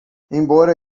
embora